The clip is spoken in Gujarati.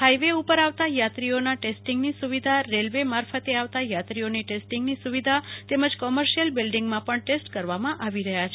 ફાઈવે ઉપર આવતા યાત્રીઓના તેસ્તીન્ગની સુવિધા રેલ્વે મારફતે આવતા યાત્રીઓની ટેસ્ટીંગની સુવિધા તેમજ કોમર્શીયલ બિલ્ડીંગમાં પણ ટેસ્ટ કરવામાં આવી રહ્યા છે